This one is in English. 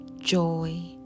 joy